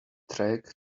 track